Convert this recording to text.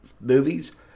movies